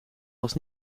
was